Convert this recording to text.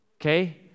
okay